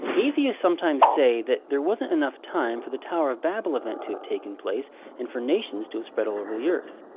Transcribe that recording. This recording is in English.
atheists sometimes say that there wasn't enough time for the tower of babel event to have taken place and for nations to have spread all over the earth.